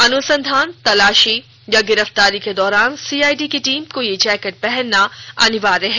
अनुसंधान तलाशी गिरफ्तारी के दौरान सीआईडी की टीम को यह जैकेट पहनना अनिवार्य है